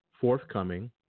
forthcoming